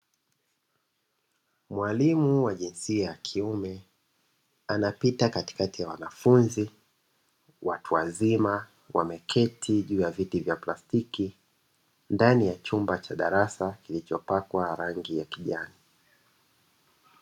Mwalimu wa jinsia ya kiume anapita katikati ya wanafunzi watu wazima wameketi juu ya viti vya plastiki ndani ya chumba cha darasa kilichopakwa rangi ya kijani.